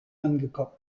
angekommen